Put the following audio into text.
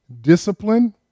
discipline